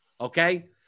Okay